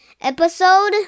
episode